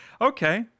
Okay